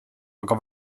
aga